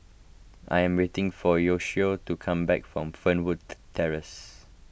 I am waiting for Yoshio to come back from Fernwood Terrace